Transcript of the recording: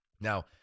now